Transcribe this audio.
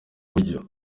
buryo